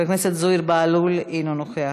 חבר הכנסת יואל חסון, אינו נוכח,